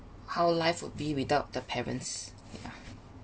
how life would be without the parents